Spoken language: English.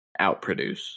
outproduce